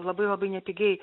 labai labai nepigiai